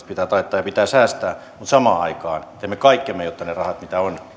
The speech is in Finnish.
pitää taittaa ja pitää säästää mutta samaan aikaan teemme kaikkemme jotta ne rahat mitä on